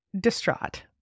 distraught